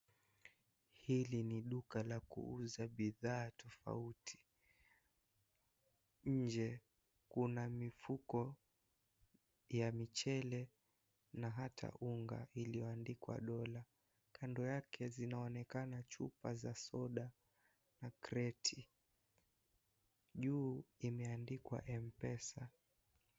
Hili ni duka la kuuza bidhaa tofauti. Nje kuna mifuko ya michele na hata unga iliyoandikwa Dola. Kando yake zinaonekana chupa za soda na kreti. Juu imeandikwa M-pesa.